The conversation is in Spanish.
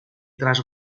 tras